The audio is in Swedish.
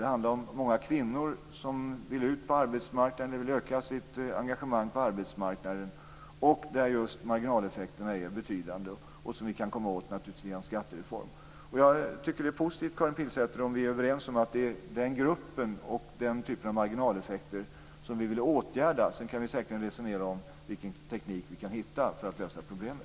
Det handlar om många kvinnor som vill ut på arbetsmarknaden eller öka sitt engagemang på arbetsmarknaden. Där är marginaleffekterna betydande. Det kan vi naturligtvis komma åt via en skattereform. Jag tycker att det är positivt, Karin Pilsäter, om vi är överens om att det är den gruppen och den typen av marginaleffekter som vi vill åtgärda. Sedan kan vi säkert resonera om vilken teknik vi kan hitta för att lösa problemet.